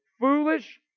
foolish